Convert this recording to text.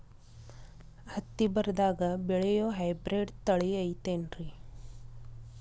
ಹತ್ತಿ ಬರದಾಗ ಬೆಳೆಯೋ ಹೈಬ್ರಿಡ್ ತಳಿ ಐತಿ ಏನ್ರಿ?